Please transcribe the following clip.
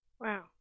Wow